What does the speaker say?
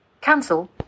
Cancel